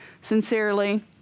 sincerely